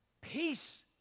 Peace